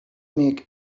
make